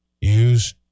Use